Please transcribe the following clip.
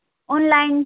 online